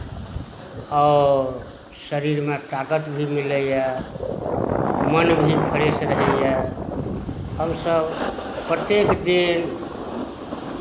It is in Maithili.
आओर शरीरमे तागत भी मिलैए मन भी फरेश रहैए हमसभ प्रत्येक दिन